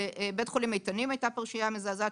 בבית חולים הייתה פרשייה מזעזעת,